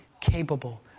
capable